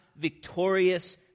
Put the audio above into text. victorious